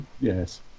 Yes